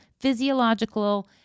physiological